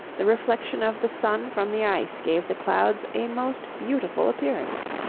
the reflection of the sun from the ice gave the clouds a most beautiful appearance.